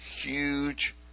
huge